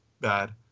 bad